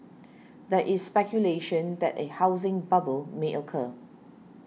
there is speculation that a housing bubble may occur